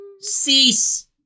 Cease